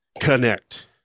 connect